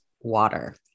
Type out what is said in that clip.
water